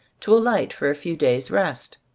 to alight for a few days' rest.